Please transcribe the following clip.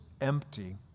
empty